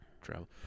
travel